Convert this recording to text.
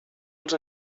els